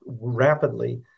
rapidly